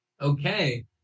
Okay